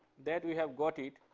that we have got it.